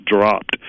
dropped